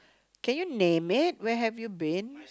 can you name it where have you been